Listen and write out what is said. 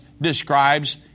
describes